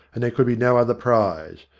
and there could be no other prize.